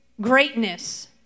greatness